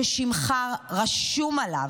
ששמך רשום עליו,